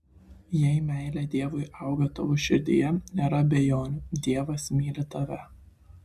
jei meilė dievui auga tavo širdyje nėra abejonių dievas myli tave